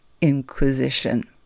Inquisition